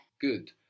Good